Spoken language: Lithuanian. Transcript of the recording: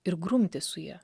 ir grumtis su ja